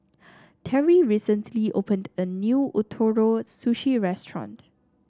Terry recently opened a new Ootoro Sushi Restaurant